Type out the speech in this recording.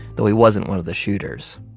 though he wasn't one of the shooters.